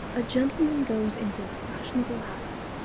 a gentleman goes into a fashionable hatter's,